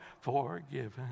forgiven